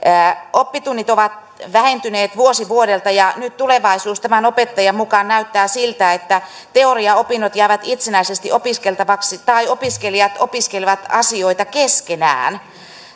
oppitunnit ovat vähentyneet vuosi vuodelta ja nyt tulevaisuus tämän opettajan mukaan näyttää siltä että teoriaopinnot jäävät itsenäisesti opiskeltavaksi tai opiskelijat opiskelevat asioita keskenään